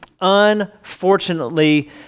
unfortunately